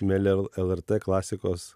mieli lrt klasikos